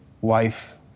wife